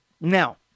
Now